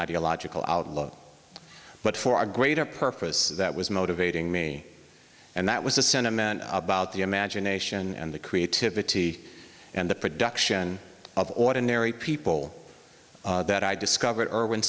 ideological outlook but for our greater purpose that was motivating me and that was a sentiment about the imagination and the creativity and the production of ordinary people that i discovered irwin